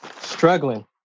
Struggling